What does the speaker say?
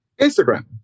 Instagram